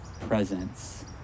presence